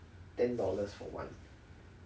ten dollars for one